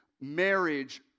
marriage